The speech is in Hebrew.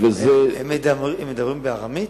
הם מדברים ארמית?